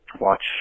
watch